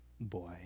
boy